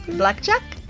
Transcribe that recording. black jack?